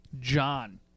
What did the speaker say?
John